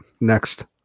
Next